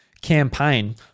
campaign